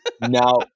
Now